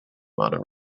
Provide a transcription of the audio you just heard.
modern